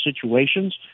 situations